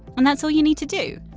and that's all you need to do!